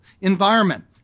environment